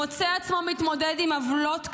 מוצא עצמו מתמודד עם עוולות קשות,